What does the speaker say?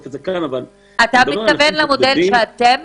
את זה כאן --- אתה מתכוון למודל שאתם